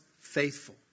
faithful